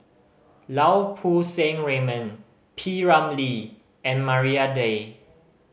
Lau Poo Seng Raymond P Ramlee and Maria Dyer